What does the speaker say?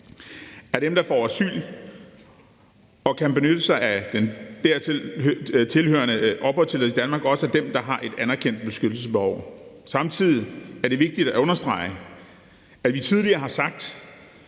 at dem, der får asyl og kan benytte sig af den dertilhørende opholdstilladelse i Danmark, også er dem, der har et anerkendt beskyttelsesbehov. Samtidig er det vigtigt at understrege, at vi tidligere har sagt,